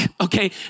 Okay